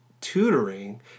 tutoring